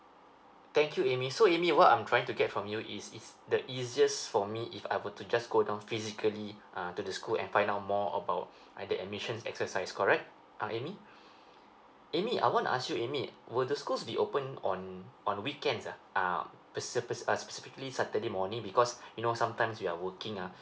thank you amy so amy what I'm trying to get from you is is the easiest for me if I were to just go down physically uh to the school and find out more about like the admission exercise correct uh amy amy I wanna ask you amy would the schools be opened on on weekends ah uh pacifi~ uh specifically saturday morning because you know sometimes we are working ah